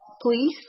please